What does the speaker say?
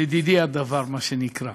בדידי הדבר, מה שנקרא.